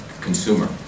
consumer